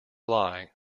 lie